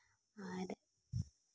ᱟᱨ